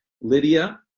Lydia